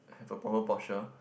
have a proper posture